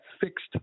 fixed